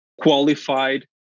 qualified